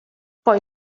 poi